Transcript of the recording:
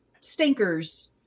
stinkers